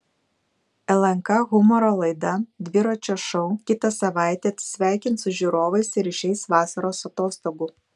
lnk humoro laida dviračio šou kitą savaitę atsisveikins su žiūrovais ir išeis vasaros atostogų